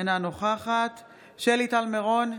אינה נוכחת שלי טל מירון,